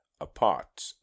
apart